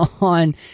on